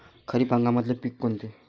खरीप हंगामातले पिकं कोनते?